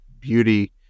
beauty